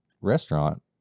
restaurant